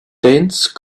dense